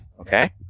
Okay